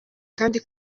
kandi